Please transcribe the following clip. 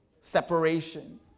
separation